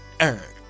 earth